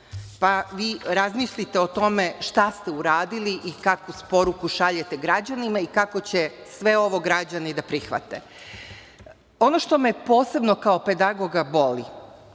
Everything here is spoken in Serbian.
Pa vi razmislite o tome šta ste uradili i kakvu poruku šaljete građanima i kako će sve ovo građani da prihvate. Ono što me posebno kao pedagoga boli